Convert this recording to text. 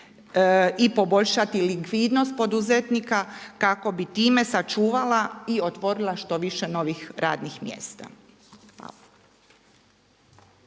i poboljšati likvidnost poduzetnika kako bi time sačuvala i otvorila što više novih radnih mjesta.